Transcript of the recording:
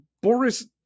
Boris